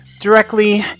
directly